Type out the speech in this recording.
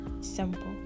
simple